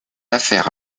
affaire